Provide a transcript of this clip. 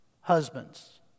Husbands